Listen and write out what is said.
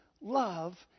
love